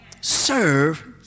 serve